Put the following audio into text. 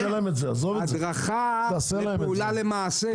הדרכה היא פעולה למעשה.